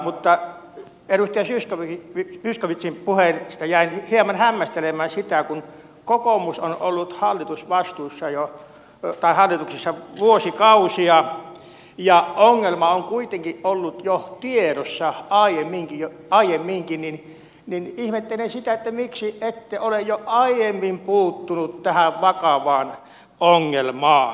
mutta edustaja zyskowiczin puheesta jäin hieman hämmästelemään sitä että kun kokoomus on ollut hallituksessa jo vuosikausia ja ongelma on kuitenkin ollut jo tiedossa aiemminkin niin miksi ette ole jo aiemmin puuttunut tähän vakavaan ongelmaan